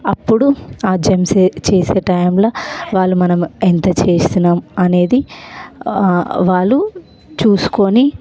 అప్పుడు ఆ జంప్ సే చేసే టైంలో వాళ్ళు మనం ఎంత చేస్తున్నాం అనేది వాళ్ళు చూసుకోని